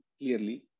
clearly